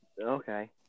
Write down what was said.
Okay